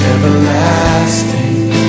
Everlasting